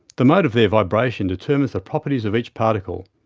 the mode of their vibration determines the properties of each particle.